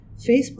Facebook